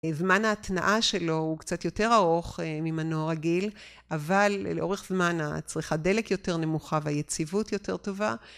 כי זמן ההתנעה שלו הוא קצת יותר ארוך ממנוע רגיל, אבל, לאורך זמן, הצריכת דלק יותר נמוכה, והיציבות יותר טובה.